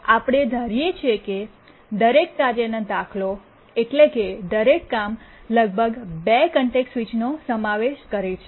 અમે ધારીએ છીએ કે દરેક કાર્ય નો દાખલો એટલે કે દરેક કામ લગભગ ૨ કોન્ટેક્સ્ટ સ્વિચનો સમાવેશ કરે છે